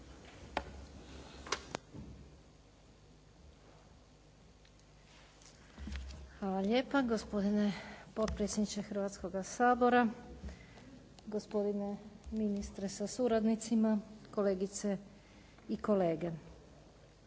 Hvala lijepa gospodine potpredsjedniče Hrvatskoga sabora, gospodine ministre sa suradnicima, kolegice i kolege.